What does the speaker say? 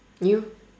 you